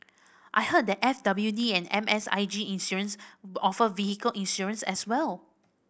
I heard that F W D and M S I G Insurance offer vehicle insurance as well